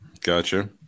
Gotcha